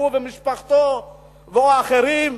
הוא ומשפחתו או אחרים,